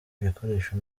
ibikoresho